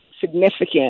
significant